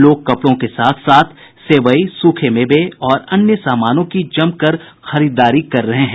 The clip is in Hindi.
लोग कपड़ों के साथ साथ सेवई सूखे मेवे और अन्य सामानों की जमकर खरीदारी कर रहे हैं